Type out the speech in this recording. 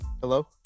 Hello